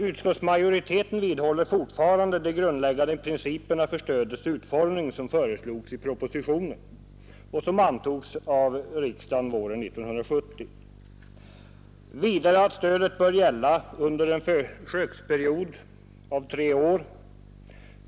Utskottsmajoriteten vidhåller alltjämt de grundläggande principer för stödets utformning som föreslogs i propositionen och som antogs av riksdagen våren 1970 samt att stödet skall utgå under en försöksperiod av tre år.